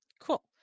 Cool